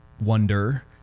wonder